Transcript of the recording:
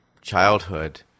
childhood